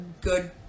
good